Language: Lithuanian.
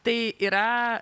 tai yra